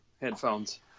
headphones